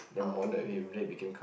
oh